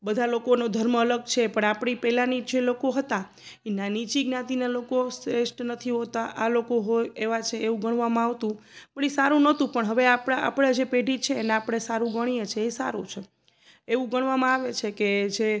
બધા લોકોનો ધર્મ અલગ છે પણ આપણી પહેલાંની જે લોકો હતા એના નીચી જ્ઞાતિના લોકો શ્રેષ્ઠ નથી હોતા આ લોકો હોય એવા છે એવું ગણવામાં આવતું પણ એ સારું નહોતું પણ હવે આપણા આપણા જે પેઢી છે એટલે આપણે સારું ગણીએ છે એ સારું છે એવું ગણવામાં આવે છે કે જે